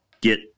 get